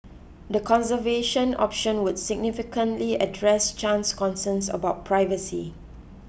the conservation option would significantly address Chan's concerns about privacy